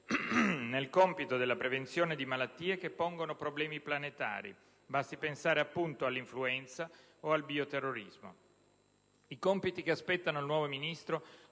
nel compito della prevenzione di malattie che pongono problemi planetari: basti pensare all'influenza o al bioterrorismo. I compiti che aspettano il nuovo Ministro